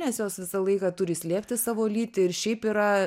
nes jos visą laiką turi slėpti savo lytį ir šiaip yra